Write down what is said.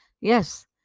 Yes